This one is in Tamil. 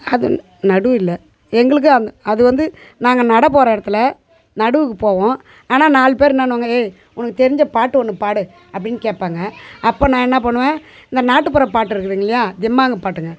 அது நடுவு இல்லை எங்களுக்கு அந் அது வந்து நாங்கள் நட போகிற இடத்துல நடவுக்கு போவோம் ஆனால் நாலு பேர் என்னான்னுவாங்க ஏய் உனக்கு தெரிஞ்ச பாட்டு ஒன்று பாடு அப்படின்னு கேட்பாங்க அப்போ நான் என்னா பண்ணுவேன் இந்த நாட்டுப்புற பாட்டு இருக்குதுங்கில்லையா தெம்மாங்கு பாட்டுங்க